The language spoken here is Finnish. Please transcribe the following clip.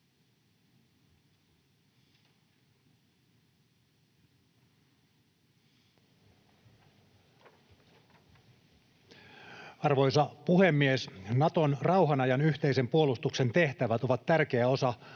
Arvoisa puhemies! Naton rauhan ajan yhteisen puolustuksen tehtävät ovat tärkeä osa